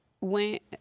went